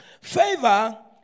Favor